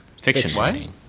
Fiction